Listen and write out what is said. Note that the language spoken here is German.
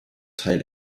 teil